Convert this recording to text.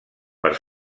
per